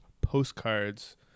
postcards